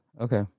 okay